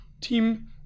team